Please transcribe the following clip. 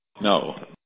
No